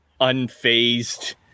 unfazed